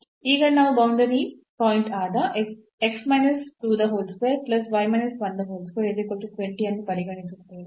ಈಗ ನಾವು boundary point ಆದ ಅನ್ನು ಪರಿಗಣಿಸುತ್ತೇವೆ